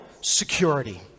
security